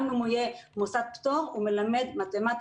גם אם הוא יהיה מוסד פטור הוא מלמד מתמטיקה,